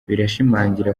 birashimangira